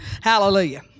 hallelujah